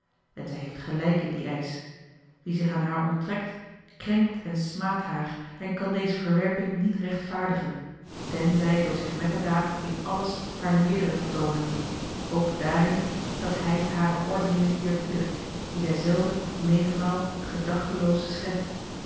en zij heeft gelijk in dien eisch wie zich aan haar onttrekt krenkt en smaadt haar en kan deze verwerping niet rechtvaardigen tenzij door zich metterdaad in alles haar meerdere te toonen ook daarin dat hij hare ordeningen eerbiedigt die zij zelve menigmaal gedachtenloos schendt